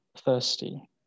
thirsty